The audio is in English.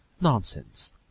Nonsense